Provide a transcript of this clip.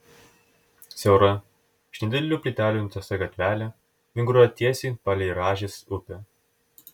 siaura iš nedidelių plytelių nutiesta gatvelė vinguriuoja tiesiai palei rąžės upę